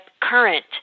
current